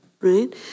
right